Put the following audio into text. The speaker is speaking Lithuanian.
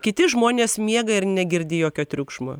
kiti žmonės miega ir negirdi jokio triukšmo